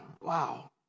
Wow